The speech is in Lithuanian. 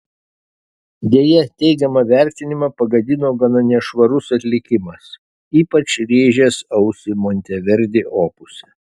deja teigiamą vertinimą pagadino gana nešvarus atlikimas ypač rėžęs ausį monteverdi opuse